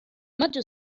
maggio